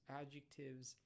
adjectives